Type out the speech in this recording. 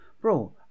bro